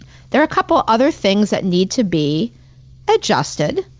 there are a couple other things that need to be adjusted,